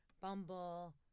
Bumble